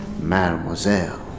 Mademoiselle